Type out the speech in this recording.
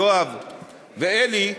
יואב ואלי,